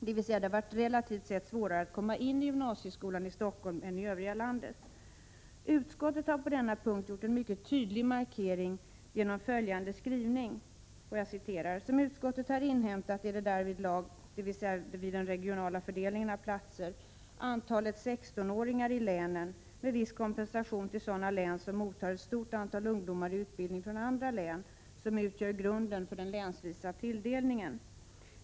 Det har varit relativt sett svårare att komma in i gymnasieskolan i Stockholm än i övriga landet. Utskottet har på denna punkt gjort en mycket tydlig markering genom följande skrivning: ”Som utskottet har inhämtat är det därvidlag” — dvs. vid den regionala fördelningen av platser — ”antalet 16-åringar i länen — med viss kompensation till sådana län som mottar ett stort antal ungdomar i utbildning från andra län — som gör grunden för den länsvisa tilldelningen.